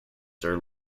sir